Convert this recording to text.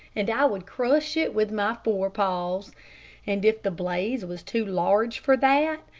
and i would crush it with my forepaws and if the blaze was too large for that,